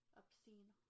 obscene